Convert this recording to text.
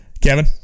Kevin